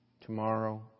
tomorrow